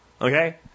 Okay